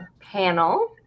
panel